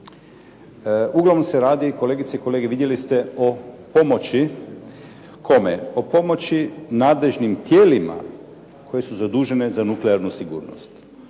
Uglavnom se radi kolegice i kolege vidjeli ste o pomoći. Kome? O pomoći nadležnim tijelima koje su zadužene za nuklearnu sigurnost.